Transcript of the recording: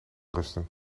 rusten